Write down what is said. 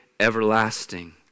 Everlasting